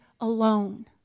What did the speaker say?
alone